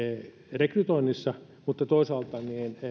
rekrytoinnissa mutta toisaalta